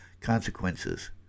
consequences